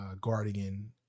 guardian